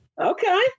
Okay